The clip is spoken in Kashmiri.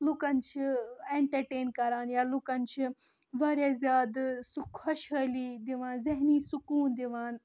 لُکَن چھِ اینٛٹَرٹین کَران یا لُکن چھِ واریاہ زیادٕ سُہ خۄشحٲلی دِوان زہنی سکوٗن دِوان